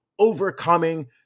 overcoming